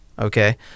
okay